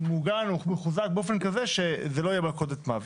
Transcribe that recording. מוגן ומחוזק באופן כזה שזה לא יהיה מלכודת מוות.